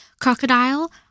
crocodile